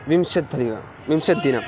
विंशत्यधिकं विंशतिदिनम्